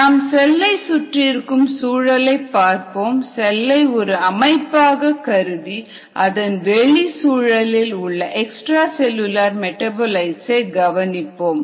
நாம் செல்லை சுற்றியிருக்கும் சூழலை பார்ப்போம் செல்லை ஒரு அமைப்பாக கருதி அதன் வெளி சூழலில் உள்ள எக்ஸ்ட்ரா செல்லுலார் மெடாபோலிட்ஸ் ஐ கவனிப்போம்